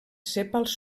sèpals